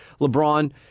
LeBron